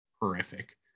horrific